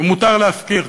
ומותר להפקיר,